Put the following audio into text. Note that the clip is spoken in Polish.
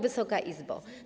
Wysoka Izbo!